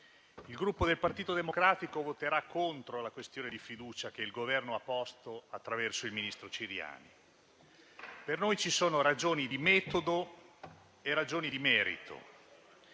il Gruppo del Partito Democratico voterà contro la questione di fiducia posta a nome del Governo dal ministro Ciriani. Per noi ci sono ragioni di metodo e ragioni di merito,